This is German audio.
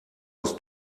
aus